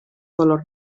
color